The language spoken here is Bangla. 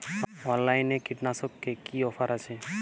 অনলাইনে কীটনাশকে কি অফার আছে?